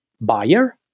buyer